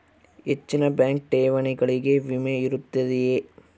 ಹೆಚ್ಚಿನ ಬ್ಯಾಂಕ್ ಠೇವಣಿಗಳಿಗೆ ವಿಮೆ ಇರುತ್ತದೆಯೆ?